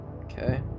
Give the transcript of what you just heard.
Okay